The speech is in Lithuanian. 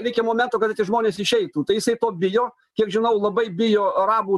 reikia momento kada tie žmonės išeitų tai jisai to bijo kiek žinau labai bijo arabų